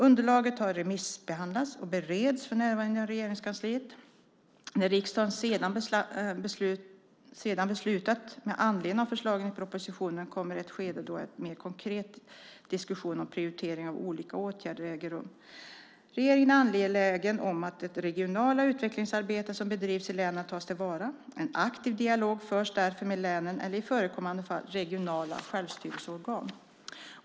Underlaget har remissbehandlats och bereds för närvarande inom Regeringskansliet. När riksdagen sedan beslutat med anledning av förslagen i propositionen kommer ett skede då en mer konkret diskussion om prioriteringar av olika åtgärder äger rum. Regeringen är angelägen om att det regionala utvecklingsarbete som bedrivs i länen tas till vara. En aktiv dialog förs därför med länen eller i förekommande fall regionala självstyrelseorgan.